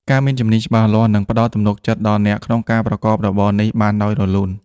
ការមានជំនាញច្បាស់លាស់នឹងផ្តល់ទំនុកចិត្តដល់អ្នកក្នុងការប្រកបរបរនេះបានដោយរលូន។